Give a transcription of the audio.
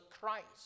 Christ